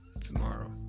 tomorrow